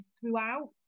throughout